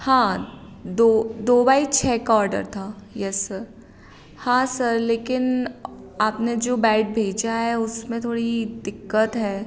हाँ दो दो बाय छः का ऑर्डर था येस सर हाँ सर लेकिन आपने बैड भेजा है उसमें थोड़ी दिक़्क़त है